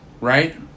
right